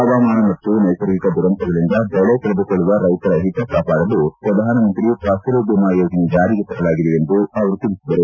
ಪವಾಮಾನ ಮತ್ತು ನೈಸರ್ಗಿಕ ದುರಂತಗಳಿಂದ ಬೆಳೆ ಕಳೆದುಕೊಳ್ಳುವ ರೈತರ ಹಿತ ಕಾಪಾಡಲು ಪ್ರಧಾನಮಂತ್ರಿ ಫಸಲ್ ಭೀಮಾ ಯೋಜನೆ ಜಾರಿಗೆ ತರಲಾಗಿದೆ ಎಂದು ಅವರು ತಿಳಿಸಿದರು